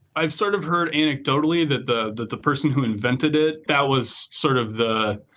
i've sort of heard anecdotally that the that the person who invented it, that was sort of the.